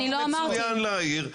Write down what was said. אם הוא מצוין לעיר.